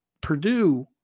Purdue